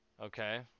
Okay